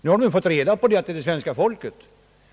Nu har vi fått reda på att det är svenska folket.